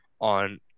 on